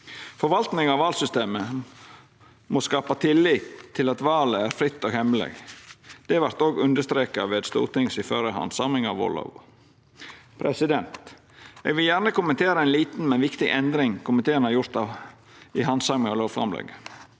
Forvalting av valsystemet må skapa tillit til at valet er fritt og hemmeleg. Det vart òg understreka ved Stortinget si førre handsaming av vallova. Eg vil gjerne kommentera ei lita, men viktig endring komiteen har gjort i handsaminga av lovframlegget.